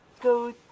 go